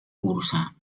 cursa